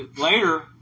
later